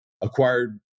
acquired